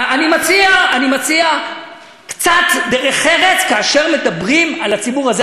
אני מציע קצת דרך ארץ כאשר מדברים על הציבור הזה,